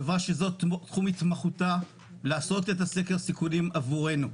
חברה שזה תחום התמחותה לעשות את סקר הסיכונים עבורנו.